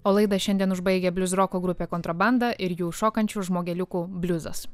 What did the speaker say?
o laidą šiandien užbaigia bliuzroko grupė kontrabanda ir jų šokančių žmogeliukų bliuzas